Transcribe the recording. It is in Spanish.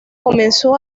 comenzó